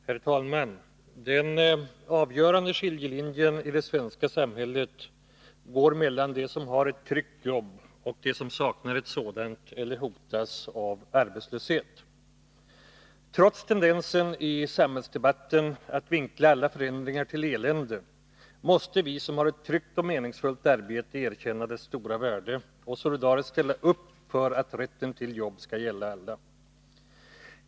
Herr talman! Den avgörande skiljelinjen i det svenska samhället går mellan dem som har ett tryggt jobb och dem som saknar ett sådant eller hotas av arbetslöshet. Trots tendensen i samhällsdebatten att vinkla alla förändringar till elände måste vi som har ett tryggt och meningsfullt arbete erkänna arbetets stora värde och solidariskt ställa upp för att rätten till arbete skall gälla alla.